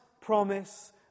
promise